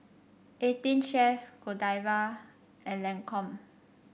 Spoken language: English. Eighteen Chef Godiva and Lancome